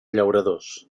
llauradors